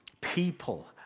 People